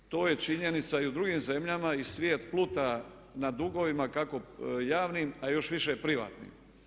To je činjenica i u drugim zemljama i svijet pluta na dugovima kako javnim a još više privatnim.